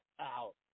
out